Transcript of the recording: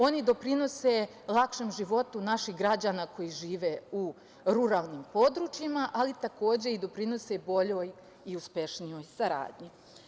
Oni doprinose lakšem životu naših građana koji žive u ruralnim područjima, ali takođe i doprinose boljoj i uspešnijoj saradnji.